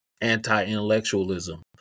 anti-intellectualism